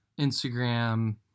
instagram